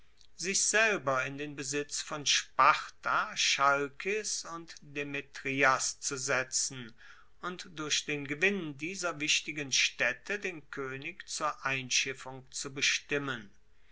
sich selber in den besitz von sparta chalkis und demetrias zu setzen und durch den gewinn dieser wichtigen staedte den koenig zur einschiffung zu bestimmen